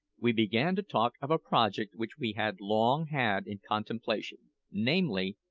we began to talk of a project which we had long had in contemplation namely,